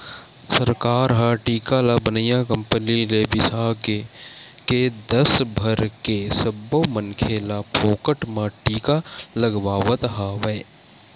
सरकार ह टीका ल बनइया कंपनी ले बिसाके के देस भर के सब्बो मनखे ल फोकट म टीका लगवावत हवय